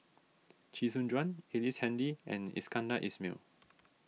Chee Soon Juan Ellice Handy and Iskandar Ismail